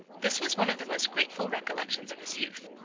this was one of the most grateful recollections of his youth.